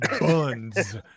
buns